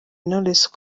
knowless